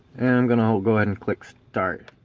and i'm gonna hold go ahead and click start